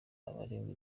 abaregwa